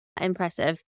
impressive